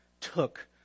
took